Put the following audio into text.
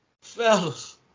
Fellas